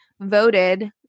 voted